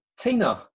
Tina